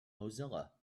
mozilla